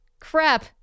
Crap